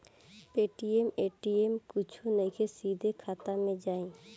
Paytm ATM कुछो नइखे, सीधे खाता मे जाई